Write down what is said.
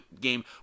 game